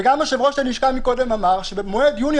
וגם יושב-ראש הלשכה אמר קודם שבמועד יולי